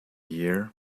year